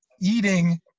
eating